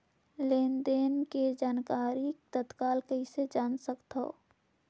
लेन देन के जानकारी तत्काल कइसे जान सकथव?